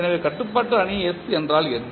எனவே கட்டுப்பாட்டு அணி S என்றால் என்ன